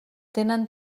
tenen